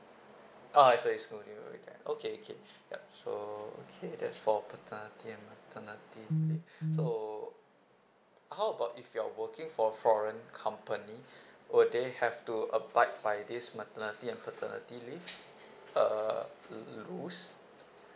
uh so it's including the weekend okay okay ya so okay that's for paternity and maternity leave so how about if you're working for foreign company would they have to abide by this maternity and paternity leave uh uh uh r~ rules